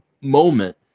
moment